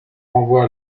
renvoie